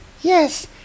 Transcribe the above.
Yes